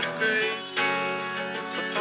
grace